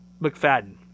McFadden